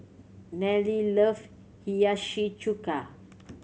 Nelle love Hiyashi Chuka